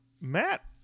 matt